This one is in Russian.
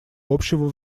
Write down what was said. общего